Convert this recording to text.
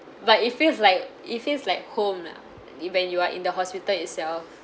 but it feels like it feels like home lah when you are in the hospital itself